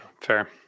fair